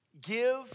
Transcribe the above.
give